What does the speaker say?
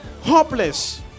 hopeless